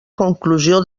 conclusió